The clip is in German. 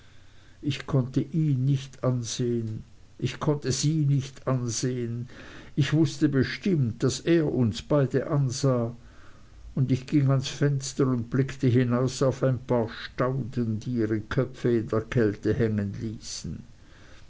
ich konnte ihn nicht ansehen ich konnte sie nicht ansehen ich wußte bestimmt daß er uns beide ansah und ich ging ans fenster und blickte hinaus auf ein paar stauden die ihre köpfe in der kälte hängen ließen